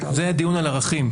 זה דיון על ערכים.